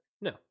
No